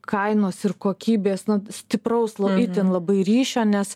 kainos ir kokybės nu stipraus itin labai ryšio nes